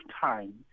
time